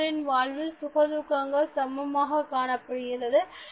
ஒருவரின் வாழ்வில் சுக துக்கங்கள் சமமாக காணப்படுகிறது